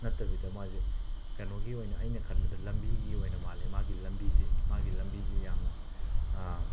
ꯅꯠꯇꯕꯤꯗ ꯃꯥꯁꯦ ꯀꯩꯅꯣꯒꯤ ꯑꯣꯏꯅ ꯑꯩꯅ ꯈꯟꯕꯗ ꯂꯝꯕꯤꯒꯤ ꯑꯣꯏꯅ ꯃꯥꯜꯂꯦ ꯃꯥꯒꯤ ꯂꯝꯕꯤꯁꯦ ꯃꯥꯒꯤ ꯂꯝꯕꯤꯁꯦ ꯌꯥꯝꯅ